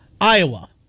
Iowa